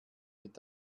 mit